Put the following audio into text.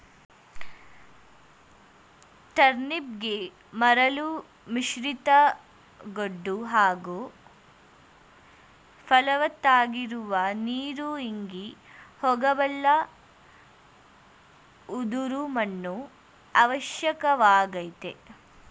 ಟರ್ನಿಪ್ಗೆ ಮರಳು ಮಿಶ್ರಿತ ಗೋಡು ಹಾಗೂ ಫಲವತ್ತಾಗಿರುವ ನೀರು ಇಂಗಿ ಹೋಗಬಲ್ಲ ಉದುರು ಮಣ್ಣು ಅವಶ್ಯಕವಾಗಯ್ತೆ